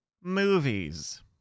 movies